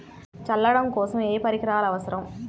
చల్లడం కోసం ఏ పరికరాలు అవసరం?